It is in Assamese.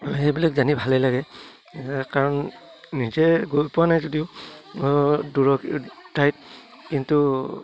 সেইবিলাক জানি ভালেই লাগে কাৰণ নিজে গৈ পোৱা নাই যদিও দূৰৰ ঠাইত কিন্তু